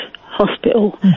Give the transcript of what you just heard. hospital